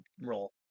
role